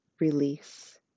release